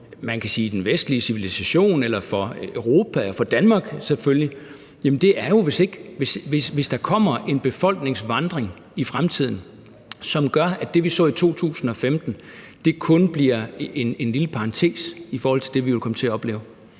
sige den vestlige civilisation eller for Europa eller for Danmark, selvfølgelig, er, hvis der kommer en befolkningsvandring i fremtiden, som gør, at det, vi så i 2015, kun bliver en lille parentes i forhold til det, vi vil komme til at opleve.